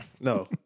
No